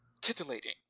Titillating